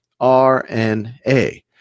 RNA